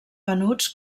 venuts